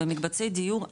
במקבצי דיור,